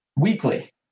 weekly